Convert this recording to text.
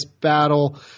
Battle